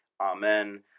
Amen